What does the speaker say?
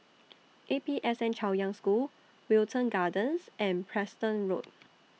A P S N Chaoyang School Wilton Gardens and Preston Road